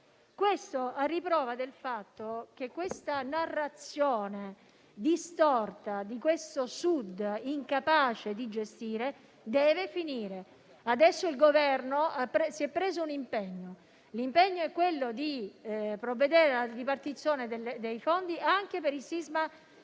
a riprova del fatto che tale narrazione distorta di un Sud incapace di gestire deve finire. Adesso il Governo si è assunto l'impegno di provvedere alla ripartizione dei fondi anche per il sisma